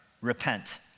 repent